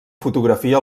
fotografia